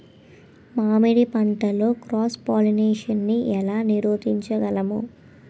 మామిడి పంటలో cross pollination నీ ఏల నీరోధించగలము?